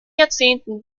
jahrzehnten